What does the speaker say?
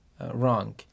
wrong